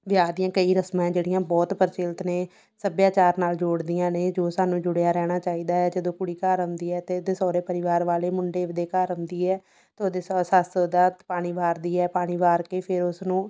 ਵਿਆਹ ਦੀਆਂ ਕਈ ਰਸਮਾਂ ਹੈ ਜਿਹੜੀਆਂ ਬਹੁਤ ਪਰਚੀਲਤ ਨੇ ਸੱਭਿਆਚਾਰ ਨਾਲ ਜੋੜਦੀਆਂ ਨੇ ਜੋ ਸਾਨੂੰ ਜੁੜਿਆ ਰਹਿਣਾ ਚਾਹੀਦਾ ਹੈ ਜਦੋਂ ਕੁੜੀ ਘਰ ਆਉਂਦੀ ਹੈ ਅਤੇ ਉਹਦੇ ਸਹੁਰੇ ਪਰਿਵਾਰ ਵਾਲੇ ਮੁੰਡੇ ਦੇ ਘਰ ਆਉਂਦੀ ਹੈ ਤਾਂ ਉਹਦੀ ਸ ਸੱਸ ਉਹਦਾ ਪਾਣੀ ਵਾਰਦੀ ਹੈ ਪਾਣੀ ਵਾਰ ਕੇ ਫਿਰ ਉਸਨੂੰ